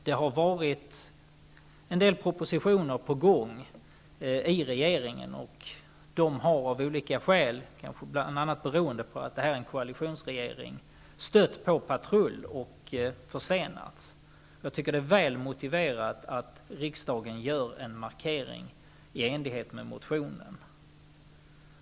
Det har varit en del propositioner på gång i regeringen som av olika skäl, kanske bl.a. att det är en koalitionsregering, har stött på patrull och försenats. Jag tycker att det är väl motiverat att riksdagen gör en markering i enlighet med motionen.